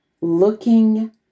looking